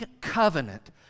covenant